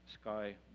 Sky